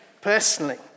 personally